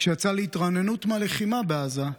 כשיצא להתרעננות מהלחימה בעזה,